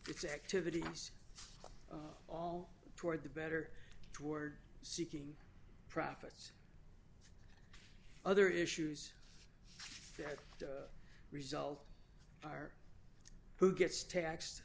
its activities all toward the better toward seeking profits other issues that result are who gets taxed